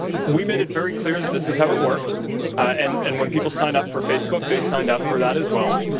we made it very clear that this is how it worked and and when people signed up for facebook they signed up for that as well.